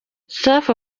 safi